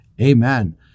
Amen